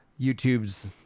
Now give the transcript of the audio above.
youtube's